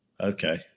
Okay